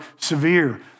severe